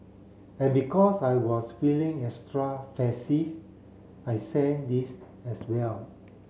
and because I was feeling extra I sent this as well